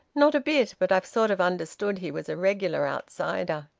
not a bit. but i've sort of understood he was a regular outsider.